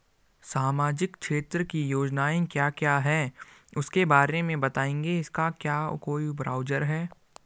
सामाजिक क्षेत्र की योजनाएँ क्या क्या हैं उसके बारे में बताएँगे इसका क्या कोई ब्राउज़र है?